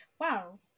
wow